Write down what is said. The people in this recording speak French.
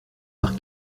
par